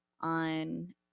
on